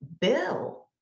bill